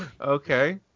Okay